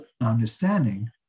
understanding